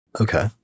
Okay